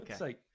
Okay